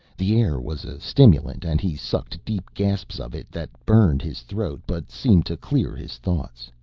the air was a stimulant and he sucked deep gasps of it that burned his throat but seemed to clear his thoughts.